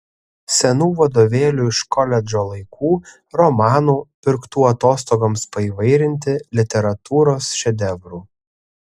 senų vadovėlių iš koledžo laikų romanų pirktų atostogoms paįvairinti literatūros šedevrų